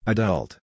Adult